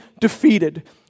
defeated